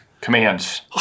Commands